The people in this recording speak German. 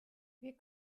wir